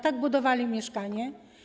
Tak budowali mieszkania.